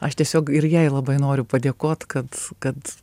aš tiesiog ir jai labai noriu padėkot kad kad